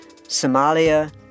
Somalia